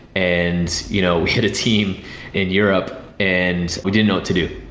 and you know we had a team in europe and we didn't know what to do.